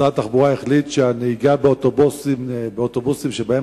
משרד התחבורה החליט שהנהיגה באוטובוסים שבהם